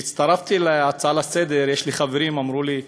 כשהצטרפתי להצעה לסדר-היום אמרו לי חברים: